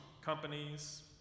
companies